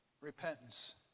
repentance